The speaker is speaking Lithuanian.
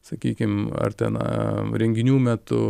sakykim ar ten a renginių metu